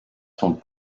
sont